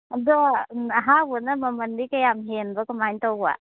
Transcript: ꯑꯗꯣ ꯑꯍꯥꯎꯕꯅ ꯃꯃꯜꯗꯤ ꯀꯌꯥꯝ ꯍꯦꯟꯕ ꯀꯔꯃꯥꯏꯅ ꯇꯧꯕ